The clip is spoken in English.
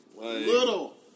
Little